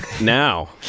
now